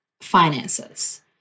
finances